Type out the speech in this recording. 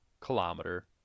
kilometer